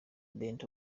bent